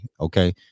Okay